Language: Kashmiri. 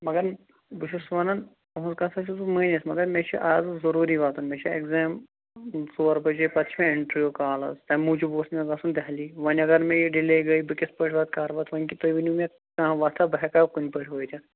مگَر بہٕ چھُس وَنان تُہٕنٛز کَتھ حظ چھُس بہٕ مٲنِتھ مگر مےٚ چھِ اَز ضروٗری واتُن مےٚ چھُ ایٚکزیم ژور بَجے پَتہٕ چھُ مےٚ اِنٹَروِیوٗ کال حظ تَمہِ موٗجوٗب اوس مےٚ گَژھُن دہلی وۅنۍ اگر مےٚ یہِ ڈِلیے گٔے بہٕ کِتھٕ پٲٹھۍ واتہٕ کَر واتہٕ وۅنۍ کِتھٕ پٲٹھۍ ؤنِو مےٚ کانٛہہ وَتھاہ بہٕ ہیٚکاہ کُنہِ پٲٹھۍ وٲتِتھ